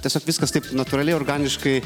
tiesiog viskas taip natūraliai organiškai